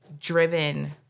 driven